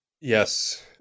yes